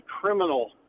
criminal